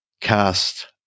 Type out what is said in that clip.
Cast